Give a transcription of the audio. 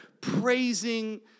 praising